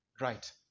right